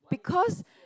because